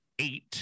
eight